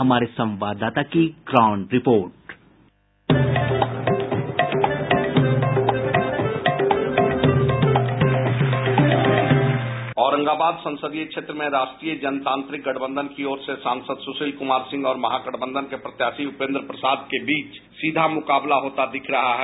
हमारे संवाददाता की ग्राउंड रिपोर्ट डिस्पैच औरंगाबाद संसदीय क्षेत्र में राष्ट्रीय जनतांत्रिक गठबंधन की ओर से सांसद सुशील कुमार सिंह और महागठबंधन के प्रत्याशी उपेंद्र प्रसाद के बीच सीधा मुकाबला होता दिख रहा है